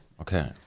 okay